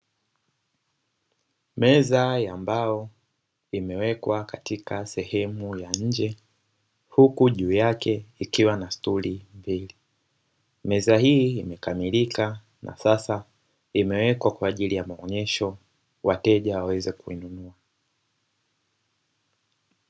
Meza ya mbao imewekwa katika sehemu ya nje huku juu yake ikiwa na stuli mbili, meza hii imekamilika na sasa imewekwa kwa ajili ya maonyesho wateja waweze kuinunua.